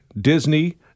Disney